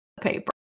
paper